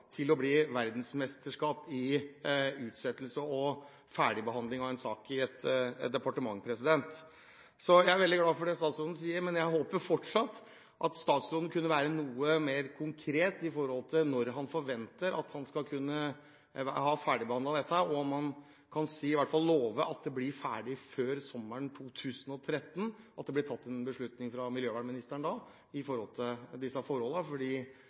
til å holde på, til det er blitt verdensmesterskap i utsettelse og ferdigbehandling av en sak i et departement. Jeg er veldig glad for det statsråden sier, men jeg håper fortsatt at han kan være noe mer konkret med hensyn til når han forventer å kunne ha dette ferdig, om han i hvert fall kan love at det blir ferdigbehandlet før sommeren 2013 – slik at det blir tatt en beslutning fra miljøvernministeren